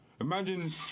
Imagine